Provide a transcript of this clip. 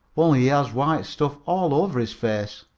only he has white stuff all over his face.